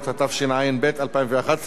התשע"ב 2011,